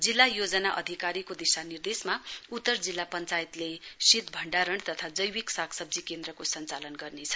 जिल्ला योजना अधिकारीको दिशानिर्देशमा उत्तर जिल्ला पञ्चायतले शीत भण्डारण तथा जैविक सागसब्जी केन्द्रको सञ्चाल गर्नेछ